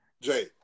Jay